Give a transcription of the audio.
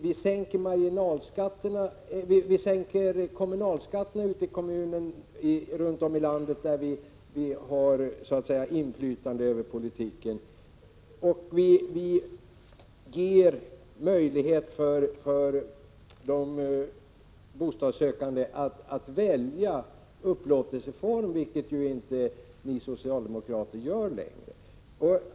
Vi sänker vidare kommunalskatterna runt om i landet där vi har inflytande över politiken, och vi ger möjlighet för de bostadssökande att välja upplåtelseform, vilket ju inte ni socialdemokrater gör längre.